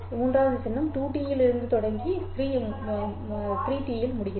மூன்றாவது சின்னம் 2T இலிருந்து தொடங்கி 3T இல் முடிகிறது